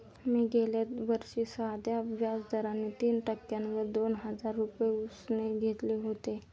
मी गेल्या वर्षी साध्या व्याज दराने तीन टक्क्यांवर दोन हजार रुपये उसने घेतले होते